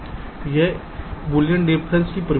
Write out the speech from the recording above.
यह बूलियन अंतर की परिभाषा है